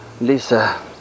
Lisa